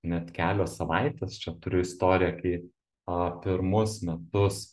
net kelios savaitės čia turiu istoriją kai a pirmus metus